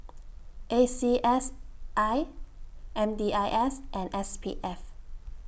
A C S I M D I S and S P F